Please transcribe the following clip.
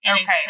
Okay